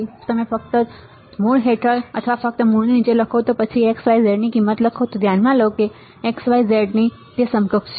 જો તમે ફક્ત આ રીતે મૂળ હેઠળ અથવા ફક્ત મૂળની નીચે લખો અને પછી x y z ની કિંમત લખો તો તે ધ્યાનમાં લો કે તે x y z ની સમકક્ષ છે